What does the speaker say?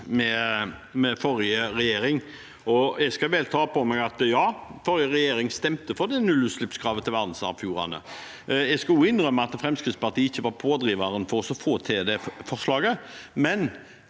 med forrige regjering. Jeg skal gjerne ta på meg at forrige regjering stemte for nullutslippskravet for verdensarvfjordene. Jeg skal òg innrømme at Fremskrittspartiet ikke var pådriveren for å få igjennom forslaget,